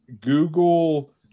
Google